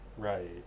Right